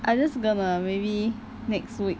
I just gonna maybe next week